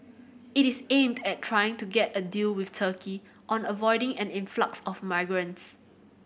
it is aimed at trying to get a deal with Turkey on avoiding an influx of migrants